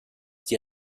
die